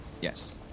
Yes